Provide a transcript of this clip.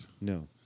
No